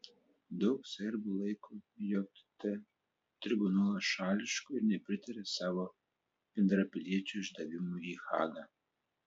daug serbų laiko jt tribunolą šališku ir nepritaria savo bendrapiliečių išdavimui į hagą